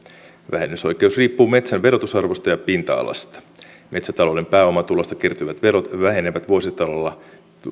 vähennysoikeus riippuu metsän verotusarvosta ja pinta alasta metsätalouden pääomatulosta kertyvät verot vähenevät vuositasolla